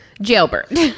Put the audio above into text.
Jailbird